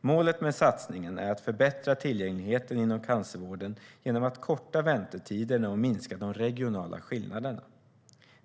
Målet med satsningen är att förbättra tillgängligheten inom cancervården genom att korta väntetiderna och minska de regionala skillnaderna.